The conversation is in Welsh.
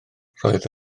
roedd